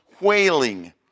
wailing